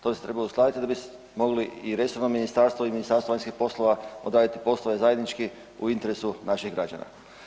To se treba uskladiti da bi mogli i resorno ministarstvo i Ministarstvo vanjskih poslova odraditi poslove zajednički u interesu naših građana.